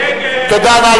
תודה.